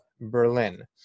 Berlin